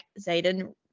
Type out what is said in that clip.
Zayden